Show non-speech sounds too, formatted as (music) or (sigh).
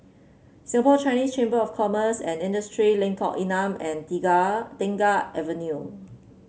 Singapore Chinese Chamber of Commerce and Industry Lengkong Enam and (unintelligible) Tengah Avenue